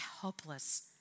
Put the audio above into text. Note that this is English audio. helpless